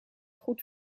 goed